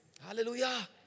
Hallelujah